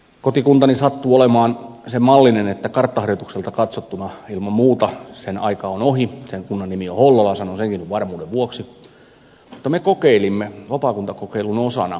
kotikuntani sattuu olemaan sen mallinen että karttaharjoitukselta katsottuna ilman muuta sen aika on ohi sen kunnan nimi on hollola sanon senkin nyt varmuuden vuoksi mutta me kokeilimme vapaakuntakokeilun osana kunnanosahallintoa